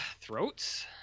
throats